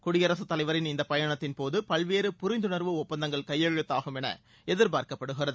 குடியரசுத் தலைவரின் இந்த பயணத்தின்போது பல்வேறு புரிந்துணர்வு ஒப்பந்தங்கள் கையெழுத்தாகும் என எதிர்பார்க்கப்படுகிறது